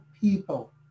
people